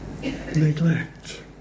neglect